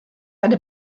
eine